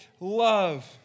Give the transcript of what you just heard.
love